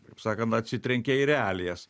kaip sakant atsitrenkė į realijas